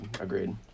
agreed